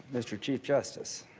mr. chief justice